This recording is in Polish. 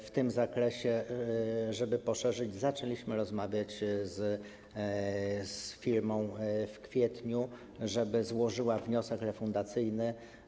W tym zakresie, żeby to poszerzyć, zaczęliśmy rozmawiać z firmą w kwietniu o tym, żeby złożyła wniosek refundacyjny.